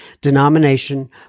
denomination